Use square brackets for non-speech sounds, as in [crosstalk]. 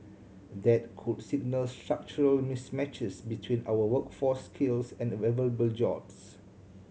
that could signal structural mismatches between our workforce skills and [unintelligible] jobs